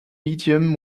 medium